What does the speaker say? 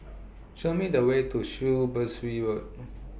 Show Me The Way to Road